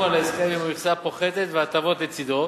על ההסכם עם המכסה הפוחתת וההטבות לצדה.